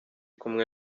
kumwe